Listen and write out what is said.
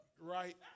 Right